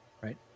right